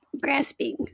grasping